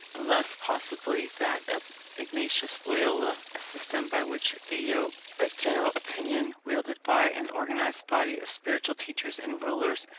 unless possibly that of ignatius loyola a system by which the yoke of general opinion, wielded by an organized body of spiritual teachers and rulers,